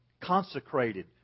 consecrated